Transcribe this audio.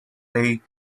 day